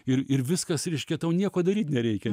ir ir viskas reiškia tau nieko daryt nereikia